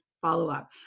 follow-up